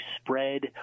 spread